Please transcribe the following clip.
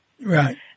Right